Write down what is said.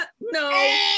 No